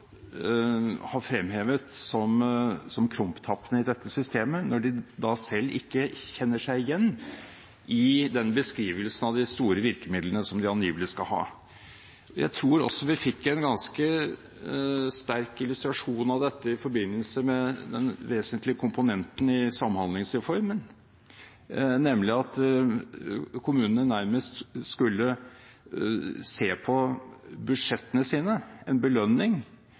har fremhevet som krumtappene i dette systemet, når de selv ikke kjenner seg igjen i beskrivelsen av de store virkemidlene som de angivelig skal ha. Jeg tror vi fikk en ganske sterk illustrasjon av dette i forbindelse med den vesentlige komponenten i samhandlingsreformen, nemlig at kommunene nærmest skulle se på budsjettene sine, en belønning,